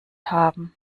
haben